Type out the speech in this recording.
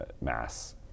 mass